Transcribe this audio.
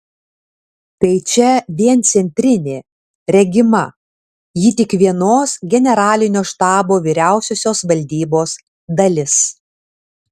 tai čia vien centrinė regima ji tik vienos generalinio štabo vyriausiosios valdybos dalis